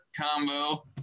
combo